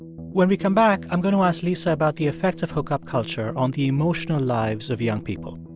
when we come back, i'm going to ask lisa about the effects of hookup culture on the emotional lives of young people.